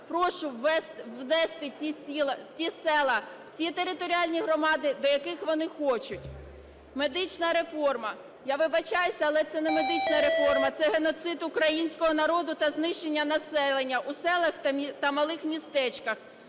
Прошу внести ці села, ці територіальні громади, до яких вони хочуть. Медична реформа. Я вибачаюсь, це не медична реформа – це геноцид українського народу та знищення населення у селах та малих містечках.